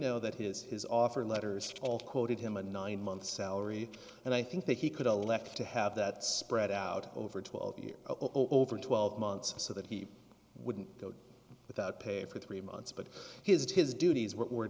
know that his his offer letters all quoted him a nine month salary and i think that he could elect to have that spread out over twelve years over twelve months so that he wouldn't go without pay for three months but his his duties were